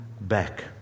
back